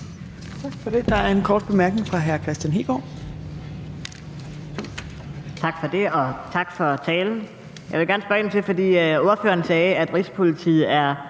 Tak for det. Der er en kort bemærkning fra hr. Kristian Hegaard.